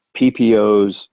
PPOs